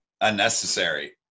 unnecessary